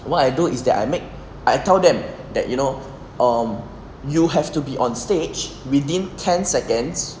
what I do is that I make I tell them that you know you have to be on stage within ten seconds